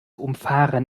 umfahren